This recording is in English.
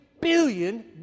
billion